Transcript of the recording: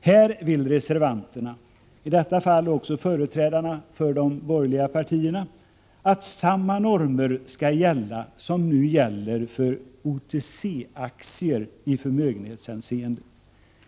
Här vill reservanterna — också i detta fall företrädarna för de borgerliga partierna — att samma normer skall gälla som nu gäller för OTC-aktier i förmögenhetshänseende.